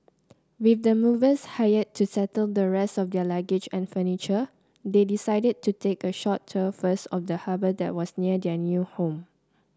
with the movers hired to settle the rest of their luggage and furniture they decided to take a short tour first of the harbour that was near their new home